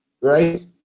right